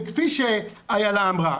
כפי שאילה אמרה,